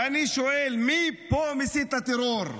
ואני שואל: מי פה מסית לטרור?